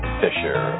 fisher